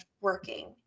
working